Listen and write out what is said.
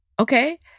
okay